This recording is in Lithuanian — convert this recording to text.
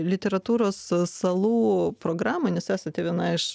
literatūros salų programą nes esate viena iš